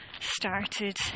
started